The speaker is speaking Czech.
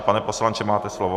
Pane poslanče, máte slovo.